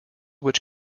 which